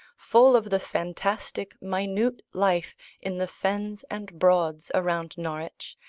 full of the fantastic minute life in the fens and broads around norwich,